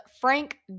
Frank